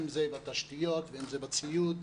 אם זה בתשתיות ואם זה בציוד.